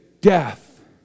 death